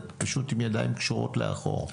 את פשוט עם ידיים קשורות לאחור.